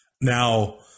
Now